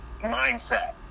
mindset